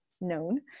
known